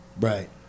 Right